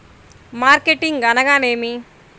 Marketing అనగానేమి?